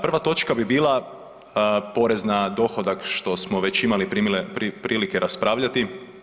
Prva točka bi bila porez na dohodak što smo već imali prilike raspravljati.